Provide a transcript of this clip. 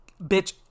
Bitch